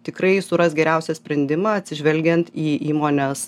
tikrai suras geriausią sprendimą atsižvelgiant į įmonės